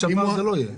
אגרה, משלם.